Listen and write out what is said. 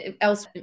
else